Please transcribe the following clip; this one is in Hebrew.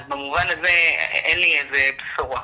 אז במובן הזה אין לי איזה בשורה.